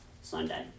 Sunday